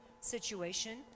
situation